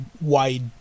wide